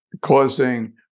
causing